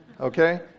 okay